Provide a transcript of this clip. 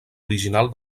original